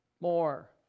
more